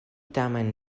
tamen